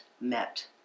met